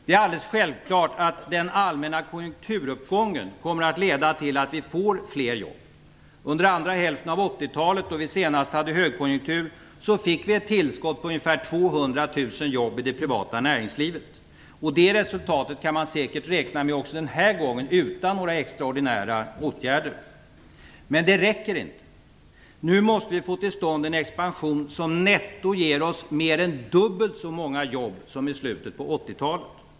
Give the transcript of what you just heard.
Det är alldeles självklart att den allmänna konjunkturuppgången kommer att leda till att vi får fler jobb. Under andra hälften av 80-talet, då vi senast hade högkonjunktur, fick vi ett tillskott på ca 200 000 jobb i det privata näringslivet. Det resultatet kan man säkert räkna med också den här gången utan några extraordinära åtgärder. Men det räcker inte. Nu måste vi få till stånd en expansion som netto ger oss mer än dubbelt så många jobb som i slutet på 80-talet.